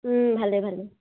ভালে ভালে